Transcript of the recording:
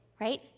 right